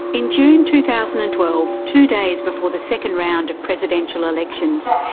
in june two thousand and twelve, two days before the second round of presidential elections,